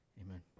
Amen